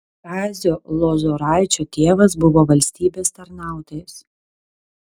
kazio lozoraičio tėvas buvo valstybės tarnautojas